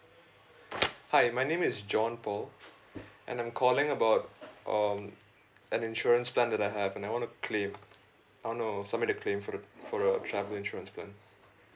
hi my name is john paul and I'm calling about um an insurance plan that I have and I want to claim ah no submit the claim for the for the travel insurance plan